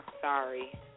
sorry